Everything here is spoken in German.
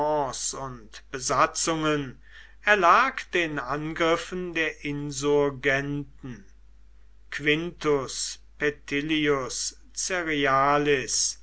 und besatzungen erlag den angriffen der insurgenten quintus